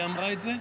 היא אמרה את זה?